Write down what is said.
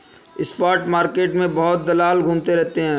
spot market में बहुत दलाल घूमते रहते हैं